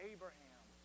Abraham